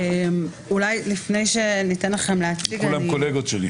שניהם קולגות שלי,